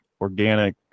organic